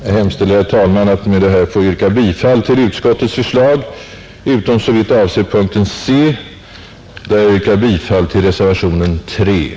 Jag hemställer, herr talman, att med detta få yrka bifall till utskottets förslag utom såvitt avser punkten C, där jag yrkar bifall till reservationen HI.